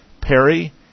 Perry